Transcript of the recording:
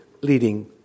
leading